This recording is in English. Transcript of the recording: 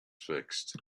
fixed